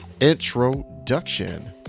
introduction